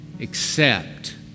accept